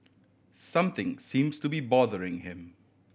something seems to be bothering him